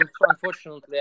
unfortunately